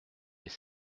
mais